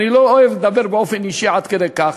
אני לא אוהב לדבר באופן אישי עד כדי כך,